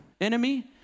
enemy